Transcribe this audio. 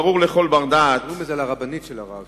ברור לכל בר-דעת כי